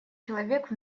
человек